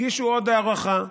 הגישו עוד הארכה.